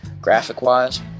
graphic-wise